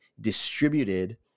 distributed